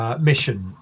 mission